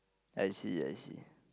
I see I see